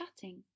chatting